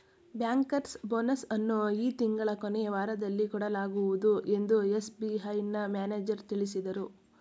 bankers bonus ಅನ್ನು ಈ ತಿಂಗಳ ಕೊನೆಯ ವಾರದಲ್ಲಿ ಕೊಡಲಾಗುವುದು ಎಂದು ಎಸ್.ಬಿ.ಐನ ಮ್ಯಾನೇಜರ್ ತಿಳಿಸಿದರು